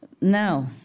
Now